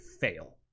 fail